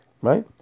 right